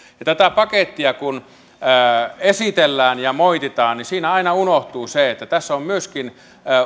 ja kun tätä pakettia esitellään ja moititaan niin siinä aina unohtuu se että tässä on myöskin